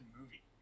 movie